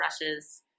brushes